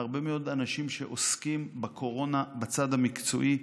מהרבה מאוד אנשים שעוסקים בקורונה בצד המקצועי,